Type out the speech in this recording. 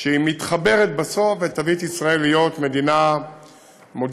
שמתחברת בסוף ותביא את ישראל להיות מדינה מודרנית.